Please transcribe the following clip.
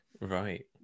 Right